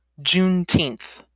Juneteenth